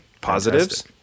positives